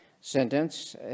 sentence